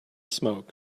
smoke